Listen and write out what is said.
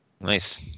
Nice